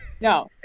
no